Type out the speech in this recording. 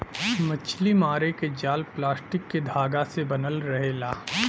मछरी मारे क जाल प्लास्टिक के धागा से बनल रहेला